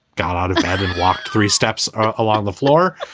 got out of bed and walked three steps along the floor.